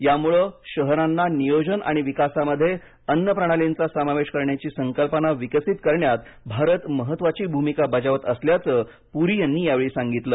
यामुळे शहरांना नियोजन आणि विकासामध्ये अन्न प्रणालींचा समावेश करण्याची संकल्पना विकसित करण्यात भारत महत्वाची भूमिका बजावत असल्याचं पुरी यांनी यावेळी सांगितलं